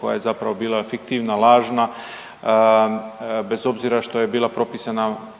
koja je zapravo bila fiktivna, lažna bez obzira što je bila propisana